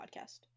podcast